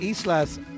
islas